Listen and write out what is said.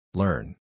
learn